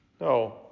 No